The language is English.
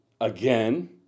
again